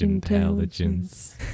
intelligence